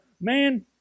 man